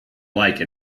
like